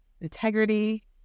integrity